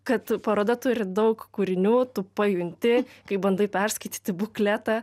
kad paroda turi daug kūrinių tu pajunti kai bandai perskaityti bukletą